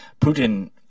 Putin